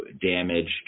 damaged